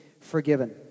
forgiven